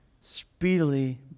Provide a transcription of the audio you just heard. speedily